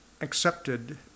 accepted